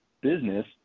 business